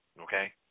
Okay